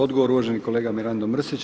Odgovor uvaženi kolega Mirando Mrsić.